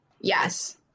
Yes